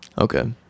Okay